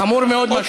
לא, זה חמור מאוד.